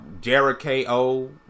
Jericho